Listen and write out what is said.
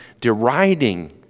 deriding